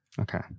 Okay